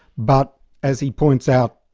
but as he points out,